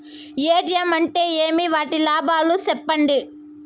ATM అంటే ఏమి? వాటి లాభాలు సెప్పండి?